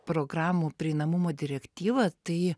programų prieinamumo direktyva tai